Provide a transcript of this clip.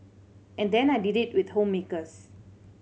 and then I did it with homemakers